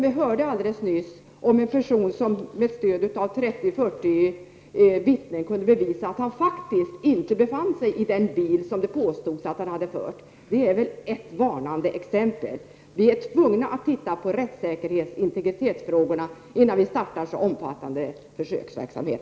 Vi hörde alldeles nyss om en person som med stöd av 30 eller 40 vittnen kunde bevisa att han faktiskt inte befann sig i den bil som det påstods att han hade kört. Det är väl ett varnande exempel. Vi är tvungna att titta på rättssäkerhetsoch integritetsfrågorna innan vi startar en så omfattande försöksverksamhet.